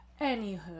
Anywho